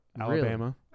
Alabama